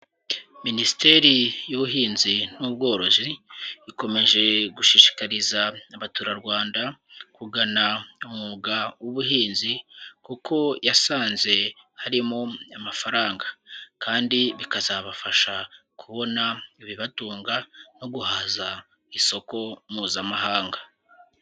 Minisiteri y'Ubuhinzi n'Ubworozi, ikomeje gushishikariza abaturarwanda kugana umwuga w'ubuhinzi, kuko yasanze harimo amafaranga, kandi bikazabafasha kubona ibibatunga no guhaza isoko mpuzamahanga.